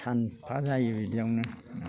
सानफा जायो बिदियावनो